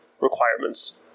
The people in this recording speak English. Requirements